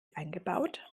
eingebaut